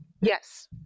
Yes